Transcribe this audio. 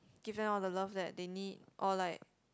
give them all the love that they need or like